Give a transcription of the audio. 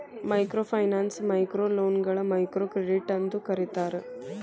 microfinance ಮೈಕ್ರೋಲೋನ್ಗಳ microcredit ಅಂತೂ ಕರೇತಾರ